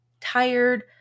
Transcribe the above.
tired